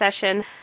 session